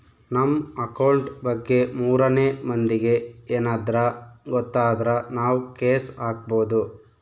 ನಮ್ ಅಕೌಂಟ್ ಬಗ್ಗೆ ಮೂರನೆ ಮಂದಿಗೆ ಯೆನದ್ರ ಗೊತ್ತಾದ್ರ ನಾವ್ ಕೇಸ್ ಹಾಕ್ಬೊದು